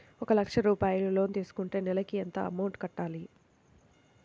ఒక లక్ష రూపాయిలు లోన్ తీసుకుంటే నెలకి ఎంత అమౌంట్ కట్టాలి?